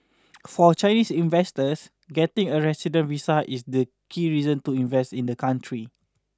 for Chinese investors getting a resident visa is the key reason to invest in the country